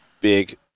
big